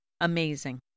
Amazing